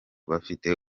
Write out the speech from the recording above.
bafite